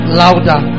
louder